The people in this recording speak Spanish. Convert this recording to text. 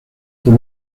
por